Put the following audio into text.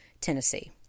Tennessee